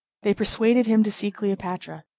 they persuaded him to see cleopatra.